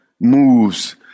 moves